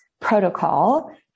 protocol